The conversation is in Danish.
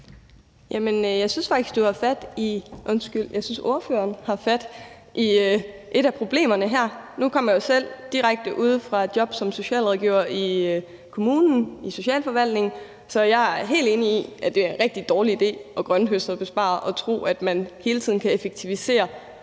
Jeg synes faktisk, at ordføreren har fat i et af problemerne her. Nu kommer jeg selv direkte fra et job som socialrådgiver i kommunen, i socialforvaltningen, så jeg er helt enig i, at det er en rigtig dårlig idé at grønthøstebespare og tro, at man hele tiden kan effektivisere